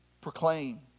proclaim